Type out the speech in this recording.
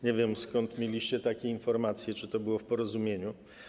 Nie wiem, skąd mieliście takie informacje, czy to było w porozumieniu.